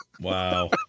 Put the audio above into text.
wow